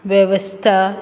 वेवस्था